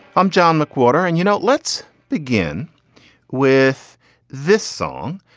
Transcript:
i'm john mcwhorter. and you know, let's begin with this song,